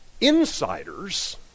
insiders